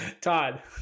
Todd